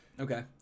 Okay